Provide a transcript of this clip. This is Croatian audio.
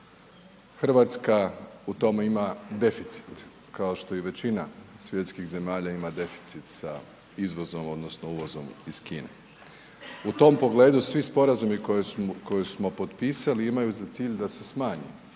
EUR-a. RH u tome ima deficit, kao što i većina svjetskih zemalja ima deficit sa izvozom odnosno uvozom iz Kine. U tom pogledu svi sporazumi koje smo potpisali, imaju za cilj da se smanji